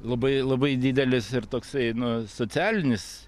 labai labai didelis ir toksai nu socialinis